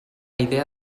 idea